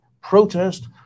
protest